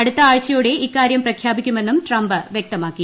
അടുത്ത ആഴ്ചയോടെ ഇക്കാര്യം പ്രഖ്യാപിക്കുമെന്നും ട്രംപ് വ്യക്തമാക്കി